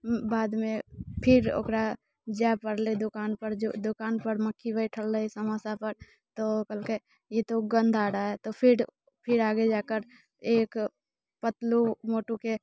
बादमे फिर ओकरा जाय पड़लै दोकानपर दोकानपर मक्खी बैठल रहै समोसापर तऽ ओ कहलकै ये तो गन्ध आ रहा है तऽ फेर फेर आगे जा कऽ एक पतलू मोटूके